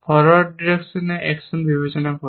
forward ডিরেকশনে action বিবেচনা করে